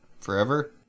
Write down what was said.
Forever